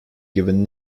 given